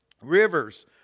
rivers